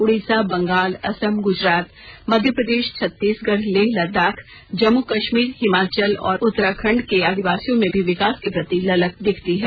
उड़ीसा बंगाल असम गुजरात मध्य प्रदेश छत्तीसगढ़ लेह लद्दाख जम्मू कश्मीर हिमाचल और उत्तरांचल के आदिवासियों में भी विकास के प्रति ललक दिखती है